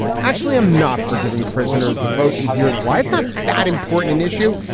actually i'm not for giving prisoners the vote, and here's why it's not that important an issue.